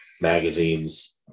magazines